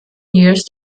years